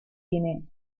tiene